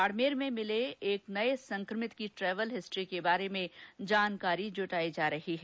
बाड़मेर में मिले एक नये संकभित की ट्रेवल हिस्ट्री के बारे में जानकारी जुटाई जा रही है